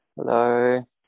Hello